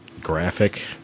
graphic